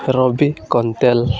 Ravi Kantal